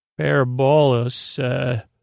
parabolus